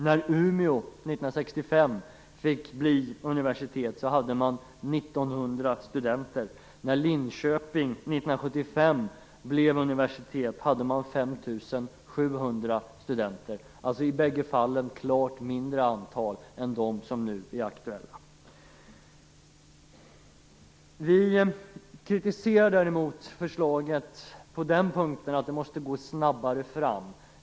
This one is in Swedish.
När Umeå fick bli universitet 1965 hade man 1 900 studenter. När Linköping blev universitet 1975 hade man 5 700 studenter. I bägge fallen var det ett klart mindre antal än de som nu är aktuella. Vi kritiserar däremot förslaget på en punkt. Det måste gå snabbare fram.